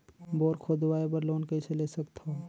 Bore खोदवाय बर loan कइसे ले सकथव?